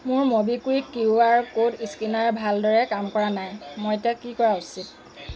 মোৰ MobiKwik Q R code স্কেনাৰে ভালদৰে কাম কৰা নাই মই এতিয়া কি কৰা উচিত